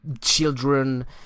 children